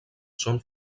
són